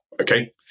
okay